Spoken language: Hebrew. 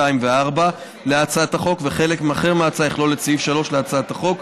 2 ו-4 להצעת החוק וחלק אחר מההצעה יכלול את סעיף 3 להצעת החוק.